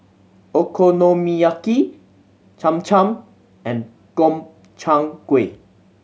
Okonomiyaki Cham Cham and Gobchang Gui